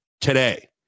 today